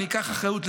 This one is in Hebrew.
אני אקח אחריות,